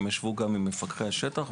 הם ישבו גם עם מפקחי השטח.